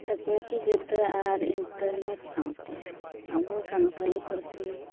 ᱛᱟᱹᱠᱱᱤᱠᱤ ᱵᱤᱨᱫᱟᱹ ᱟᱨ ᱥᱟᱶᱛᱮ ᱟᱵᱚ ᱥᱟᱱᱛᱟᱲᱤ ᱯᱟᱹᱨᱥᱤ